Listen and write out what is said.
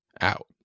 out